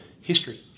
history